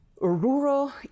rural